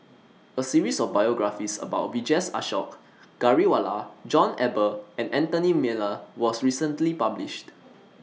A series of biographies about Vijesh Ashok Ghariwala John Eber and Anthony Miller was recently published